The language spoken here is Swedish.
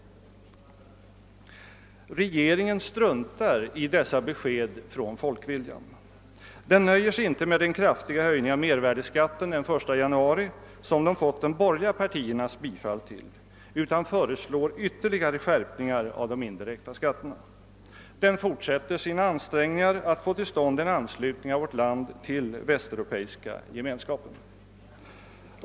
Regeringen struntar i dessa besked från folkviljan. Den nöjer sig inte med den kraftiga höjningen av mervärdeskatten den 1 januari som den har fått de borgerliga partiernas bifall till utan föreslår ytterligare. skärpningar av de indirekta skatterna. Den fortsätter sina ansträngningar att få till stånd en anslutning av vårt land till den västeuropeiska Gemenskapen.